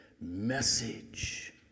message